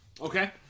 Okay